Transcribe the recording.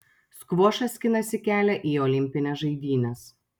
skvošas skinasi kelią į olimpines žaidynes